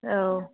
औ